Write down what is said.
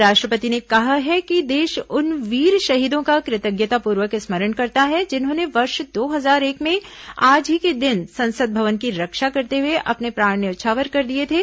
राष्ट्रपति ने कहा है कि देश उन वीर शहीदों का कृतज्ञतापूर्वक स्मरण करता है जिन्होंने वर्ष दो हजार एक में आज ही के दिन संसद भवन की रक्षा करते हुए अपने प्राण न्यौछावर कर दिये थे